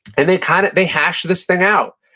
and they kind of they hash this thing out,